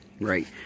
right